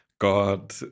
God